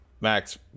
max